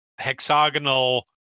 hexagonal